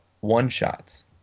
one-shots